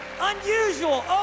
unusual